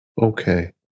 Okay